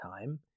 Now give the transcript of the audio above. time